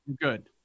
Good